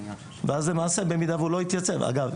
אגב,